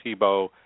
Tebow